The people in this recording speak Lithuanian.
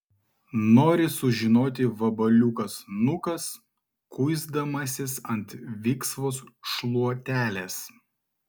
nori sužinoti vabaliukas nukas kuisdamasis ant viksvos šluotelės